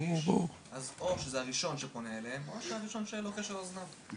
אז הם נענים לראשון שפונה אליהם או הראשון שלוחש על אוזנם.